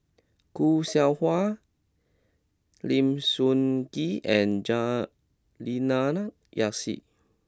Khoo Seow Hwa Lim Sun Gee and Juliana Yasin